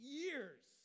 years